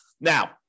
Now